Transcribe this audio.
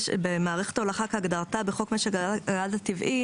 במערכת ההולכה כהגדרתה בחוק משק הגז הטבעי,